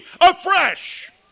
afresh